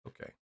Okay